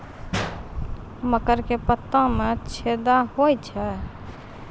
मकर के पत्ता मां छेदा हो जाए छै?